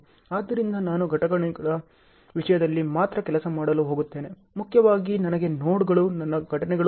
ಆದ್ದರಿಂದ ನಾನು ಘಟನೆಗಳ ವಿಷಯದಲ್ಲಿ ಮಾತ್ರ ಕೆಲಸ ಮಾಡಲು ಹೋಗುತ್ತೇನೆ ಮುಖ್ಯವಾಗಿ ನನಗೆ ನೋಡ್ಗಳು ನನ್ನ ಘಟನೆಗಳು